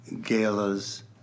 galas